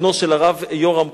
ובנו של הרב יורם כהן,